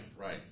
Right